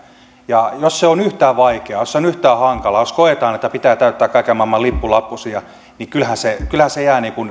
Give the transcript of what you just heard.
tämän jos se on yhtään vaikeaa jos se on yhtään hankalaa jos koetaan että pitää käyttää kaiken maailman lippulappusia niin kyllähän se jää